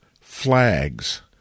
flags